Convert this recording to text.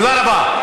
תודה רבה.